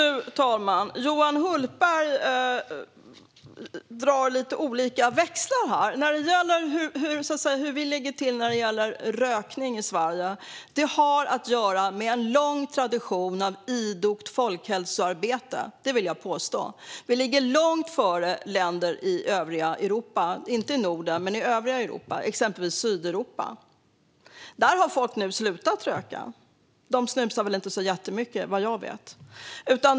Fru talman! Johan Hultberg drar lite olika växlar av det här. När det gäller hur vi ligger till med rökning i Sverige har det att göra med en lång tradition av idogt folkhälsoarbete. Det vill jag påstå. Sverige ligger långt före länder i övriga Europa, inte i Norden, men exempelvis i Sydeuropa. Där har folk nu slutat röka. De snusar väl inte så jättemycket, vad jag vet.